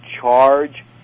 charge